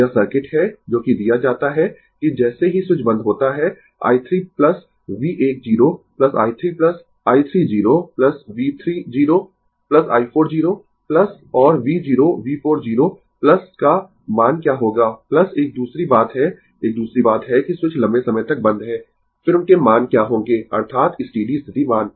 यह सर्किट है जोकि दिया जाता है कि जैसे ही स्विच बंद होता है i 3 V 1 0 i 3 i 3 0 V 3 0 i 4 0 और V 0 V 4 0 का मान क्या होगा एक दूसरी बात है एक दूसरी बात है कि स्विच लंबे समय तक बंद है फिर उनके मान क्या होंगें अर्थात स्टीडी स्थिति मान